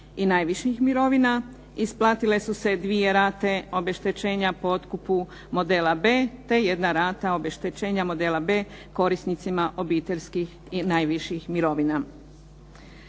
i najviših mirovina. Isplatile su se dvije rate obeštećenja po otkupu modela B te jedna rata obeštećenja modela B korisnicima obiteljskih i najviših mirovina.